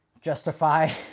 justify